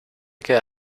queda